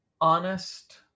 honest